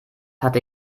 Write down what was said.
hatte